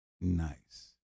nice